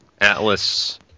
Atlas